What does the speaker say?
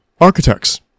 Architects